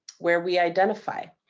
where we identify.